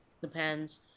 Depends